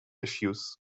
issues